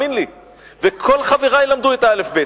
וכל חברי למדו את האל"ף-בי"ת.